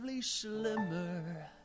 Slimmer